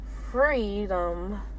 freedom